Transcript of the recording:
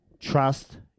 Trust